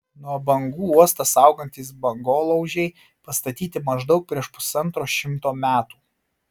nuo bangų uostą saugantys bangolaužiai pastatyti maždaug prieš pusantro šimto metų